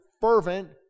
fervent